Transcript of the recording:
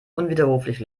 unwiderruflich